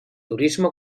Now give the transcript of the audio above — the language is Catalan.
turisme